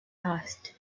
asked